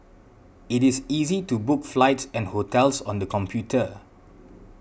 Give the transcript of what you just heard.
it is easy to book flights and hotels on the computer